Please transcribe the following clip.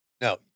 No